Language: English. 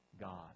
God